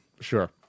Sure